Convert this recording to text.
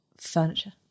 furniture